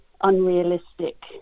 unrealistic